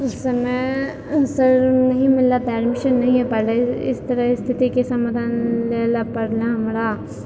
उस समय सर नहि मिलले तऽ एडमिशन नहि होइ पयलइ इस तरह इस्थितिके समाधान लेलऽ पड़ले हमरा